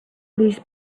these